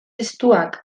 estuak